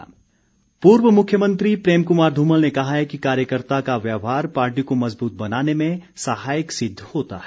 धुमल पूर्व मुख्यमंत्री प्रेम कुमार धूमल ने कहा है कि कार्यकर्ता का व्यवहार पार्टी को मजुबूत बनाने में सहायक सिद्ध होता है